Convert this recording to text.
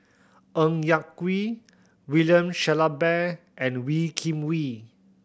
Ng Yak Whee William Shellabear and Wee Kim Wee